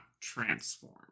transform